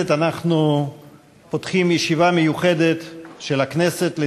יושב-ראש ועדת הכנסת.